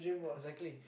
exactly